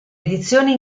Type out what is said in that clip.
edizioni